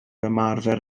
ymarfer